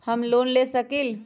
हम लोन ले सकील?